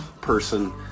person